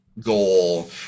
goal